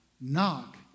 Knock